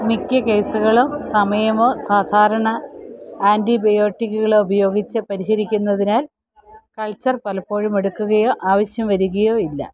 മിക്ക കേസുകളും സമയമോ സാധാരണ ആൻ്റിബയോട്ടിക്കുകളോ ഉപയോഗിച്ച് പരിഹരിക്കുന്നതിനാൽ കൾച്ചർ പലപ്പോഴും എടുക്കുകയോ ആവശ്യം വരുകയോ ഇല്ല